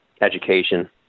education